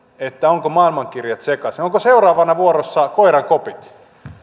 ovatko maailmankirjat sekaisin ovatko seuraavana vuorossa koirankopit